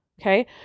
Okay